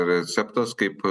receptas kaip